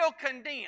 condemned